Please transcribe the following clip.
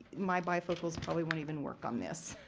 my bifocals probably won't even work on this.